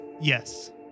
Yes